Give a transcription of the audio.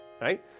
right